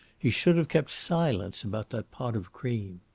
he should have kept silence about that pot of cream.